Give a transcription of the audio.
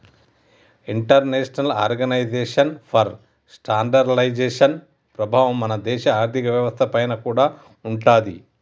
international Organization for Standardization ప్రభావం మన దేశ ఆర్ధిక వ్యవస్థ పైన కూడా ఉంటాది